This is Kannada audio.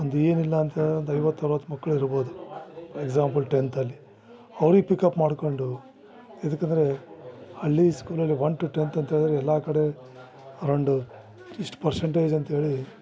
ಒಂದು ಏನು ಇಲ್ಲ ಅಂತ ಒಂದು ಐವತ್ತು ಅರುವತ್ತು ಮಕ್ಳು ಇರ್ಬೌದು ಎಕ್ಸಾಮ್ಪಲ್ ಟೆಂತಲ್ಲಿ ಅವ್ರಿಗೆ ಪಿಕಪ್ ಮಾಡ್ಕೊಂಡು ಎದಕ್ಕೆ ಅಂದರೆ ಹಳ್ಳಿ ಸ್ಕೂಲಲ್ಲಿ ಒನ್ ಟು ಟೆಂತ್ ಅಂತ ಹೇಳಿದ್ರೆ ಎಲ್ಲ ಕಡೆ ಅರಂಡು ಇಷ್ಟು ಪರ್ಸಂಟೇಜ್ ಅಂತೇಳಿ